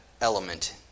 element